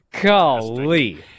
Golly